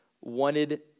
wanted